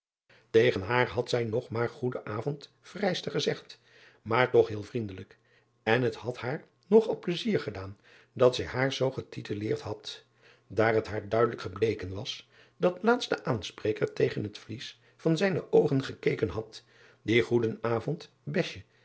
egen haar had zij nog maar goeden avond vrijster gezegd maar toch heel vriendelijk en het had haar nog al plaisier gedaan dat zij haar zoo getiteleerd had daar het haar duidelijk gebleken was dat laatst de aanspreker tegen het vlies van zijne oogen gekeken had die goeden avond bestje